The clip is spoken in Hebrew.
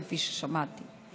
כפי ששמעתי,